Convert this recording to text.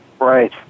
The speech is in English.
Right